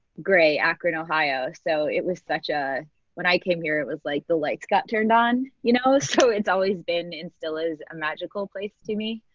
grey, akron, ohio, so it was such a when i came here it was like the lights got turned on, you know, so it's always been and still is a magical place to me.